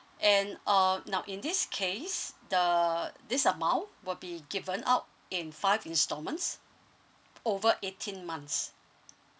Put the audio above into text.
and uh now in this case the this amount will be given out in five installments over eighteen months